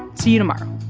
see you tomorrow